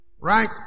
Right